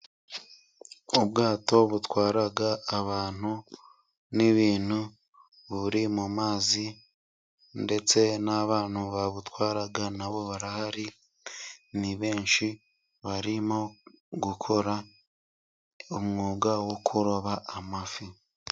Ubwato butwara abantu n'ibintu. Buri mu mazi ndetse n'abantu babutwara nabo barahari ni benshi. Barimo gukora umwuga wo kuroba amafi.